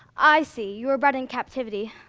i see, you were bred in captivity.